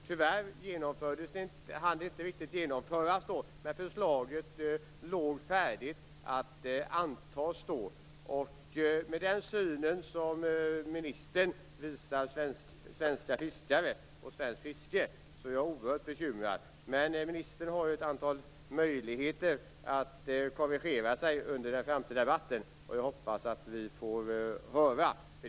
Tyvärr hann det inte riktigt genomföras då, men förslaget låg färdigt att antas då. Den syn på svenska fiskare och svenskt fiske som ministern visar gör mig oerhört bekymrad. Men ministern har ju möjligheter att korrigera sig under debattens lopp. Jag hoppas att vi får höra det.